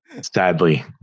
Sadly